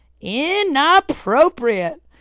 inappropriate